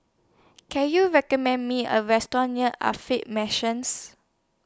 Can YOU recommend Me A Restaurant near Mansions